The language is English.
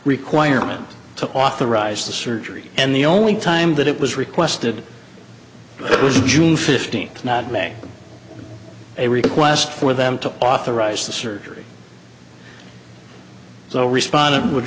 requirement to authorize the surgery and the only time that it was requested it was june fifteenth to not make a request for them to authorize the surgery so respondent would